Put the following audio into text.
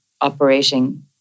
operating